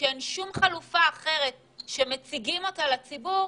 כשאין שום חלופה אחרת שמציגים אותה לציבור,